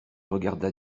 regarda